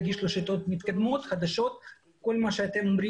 זה כל המסר שנתנו לי בזמן שאני יכול